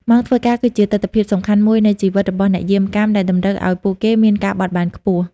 ម៉ោងធ្វើការគឺជាទិដ្ឋភាពសំខាន់មួយនៃជីវិតរបស់អ្នកយាមកាម ដែលតម្រូវឲ្យពួកគេមានការបត់បែនខ្ពស់។